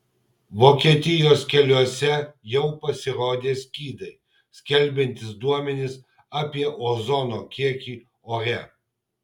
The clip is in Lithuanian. vokietijos keliuose jau pasirodė skydai skelbiantys duomenis apie ozono kiekį ore